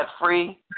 free